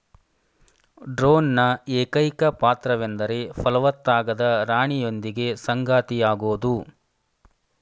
ಡ್ರೋನ್ನ ಏಕೈಕ ಪಾತ್ರವೆಂದರೆ ಫಲವತ್ತಾಗದ ರಾಣಿಯೊಂದಿಗೆ ಸಂಗಾತಿಯಾಗೋದು